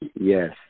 Yes